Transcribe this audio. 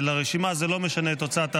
זה לא משנה את תוצאת ההצבעה,